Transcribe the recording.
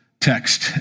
text